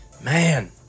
Man